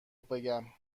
بگم